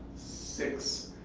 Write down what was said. six,